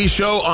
show